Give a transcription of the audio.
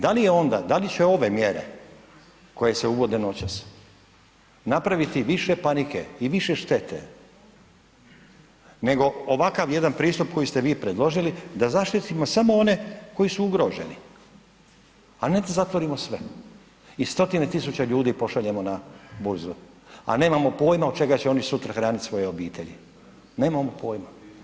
Da li je onda, da li će ove mjere koje se uvode noćas napraviti više panike i više štete nego ovakav jedan pristup koji ste vi predložili da zaštitimo samo one koji su ugroženi, a ne da zatvorimo sve i stotine tisuća ljudi pošaljemo na burzu, a nemamo pojma od čega će oni sutra hranit svoje obitelji, nemamo pojma.